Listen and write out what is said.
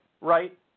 right